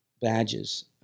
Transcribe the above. badges